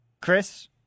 Chris